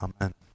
amen